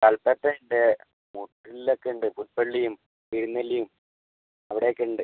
കൽപ്പറ്റയുണ്ട് മുട്ടിൽലേക്കുണ്ട് പുൽപ്പള്ളിയും തിരുനെല്ലിയും അവിടെയൊക്കെ ഉണ്ട്